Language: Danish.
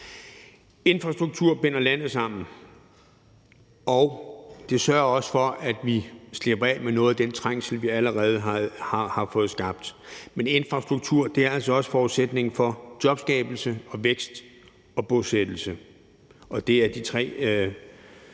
Infrastrukturen binder landet sammen, og den sørger også for, at vi slipper af med noget af den trængsel, vi allerede har fået skabt, men infrastrukturen er altså også forudsætningen for jobskabelse, vækst og bosættelse,